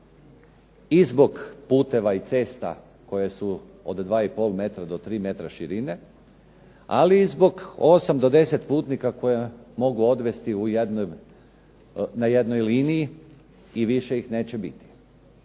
i zbog puteva i cesta koje su od 2,5 m do 3 m širine, ali i zbog 8 do 10 putnika koje mogu odvesti na jednoj liniji i više ih neće biti.